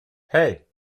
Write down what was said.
hey